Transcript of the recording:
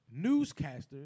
newscasters